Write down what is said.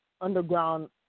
Underground